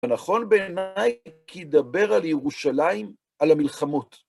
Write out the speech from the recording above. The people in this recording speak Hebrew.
נכון בעיניי כי דבר על ירושלים, על המלחמות.